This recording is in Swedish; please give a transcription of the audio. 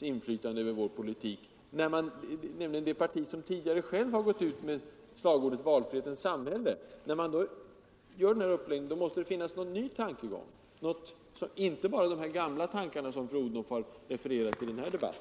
inflytande över vår politik.” När det parti som tidigare självt har gått ut med slagordet ”valfrihetens samhälle” gör den uppläggningen, måste det finnas någon ny tankegång och inte bara de här gamla tankarna som fru Odhnoff nu har refererat i debatten.